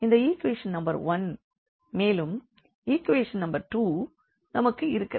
இந்த equation number 1 மேலும் equation number 2 நமக்கு இருக்கிறது